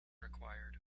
required